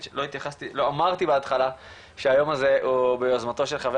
לא התייחסתי לא אמרתי בהתחלה שהיום הזה ביוזמתו של חבר